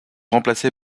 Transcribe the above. remplacé